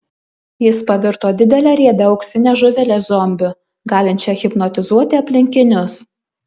jis pavirto didele riebia auksine žuvele zombiu galinčia hipnotizuoti aplinkinius